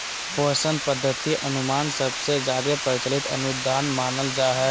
पोषण पद्धति अनुमान सबसे जादे प्रचलित अनुदान मानल जा हय